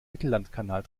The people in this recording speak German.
mittellandkanal